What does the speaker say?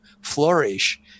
flourish